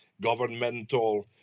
governmental